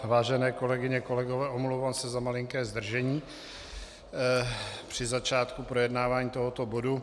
Vážené kolegyně, kolegové, omlouvám se za malinké zdržení při začátku projednávání tohoto bodu.